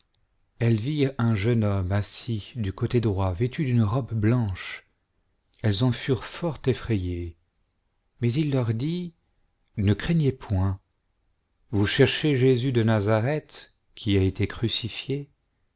elles virent un jeune homme assis du côté droit vêtu d'une robe blanche elles en furent fort effrayées mais il leur dit ne craignez point vous cherchez jésus de nazareth qui a été crucifié